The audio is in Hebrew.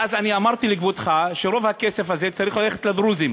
ואז אני אמרתי לכבודך שרוב הכסף הזה צריך ללכת לדרוזים,